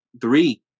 three